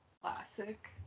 classic